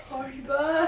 horrible